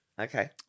Okay